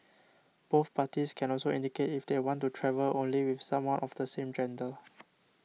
both parties can also indicate if they want to travel only with someone of the same gender